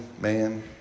man